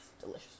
delicious